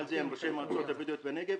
על כך דיון עם ראשי המועצות הבדואיות בנגב